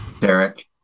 Derek